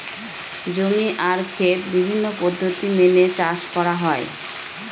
জমি আর খেত বিভিন্ন পদ্ধতি মেনে চাষ করা হয়